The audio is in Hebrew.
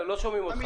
אותך.